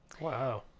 wow